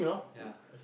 ya